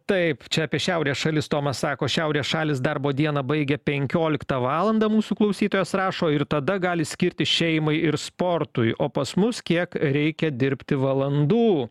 taip čia apie šiaurės šalis tomas sako šiaurės šalys darbo dieną baigia penkioliktą valandą mūsų klausytojas rašo ir tada gali skirti šeimai ir sportui o pas mus kiek reikia dirbti valandų